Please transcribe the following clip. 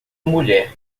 mulher